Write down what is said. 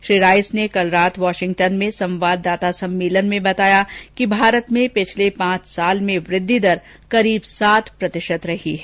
Shri Rice ने कल रात वाशिंगटन में संवाददाता सम्मेलन में बताया कि भारत में पिछले पांच साल में वृद्धि दर करीब सात प्रतिशत रही है